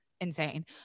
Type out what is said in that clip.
insane